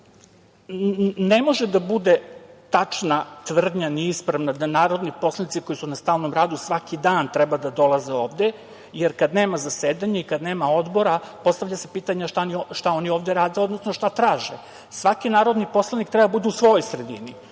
može da bude tačna tvrdnja neispravna da narodni poslanici koji su na stalnom radu svaki dan treba da dolaze ovde, jer kada nema zasedanja i kada nema odbora postavlja se pitanje šta oni ovde rade, odnosno šta traže. Svaki narodni poslanik treba da bude u svojoj sredini,